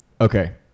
Okay